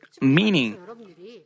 meaning